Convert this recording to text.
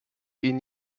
ihn